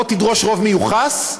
או תדרוש רוב מיוחס,